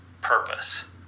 purpose